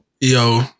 Yo